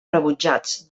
rebutjats